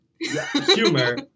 Humor